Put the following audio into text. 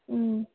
ꯎꯝ